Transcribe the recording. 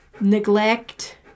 neglect